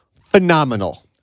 Phenomenal